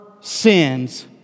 sins